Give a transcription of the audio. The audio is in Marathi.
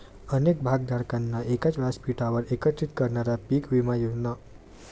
अनेक भागधारकांना एकाच व्यासपीठावर एकत्रित करणाऱ्या पीक विमा योजना